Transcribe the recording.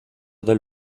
del